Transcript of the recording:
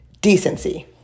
decency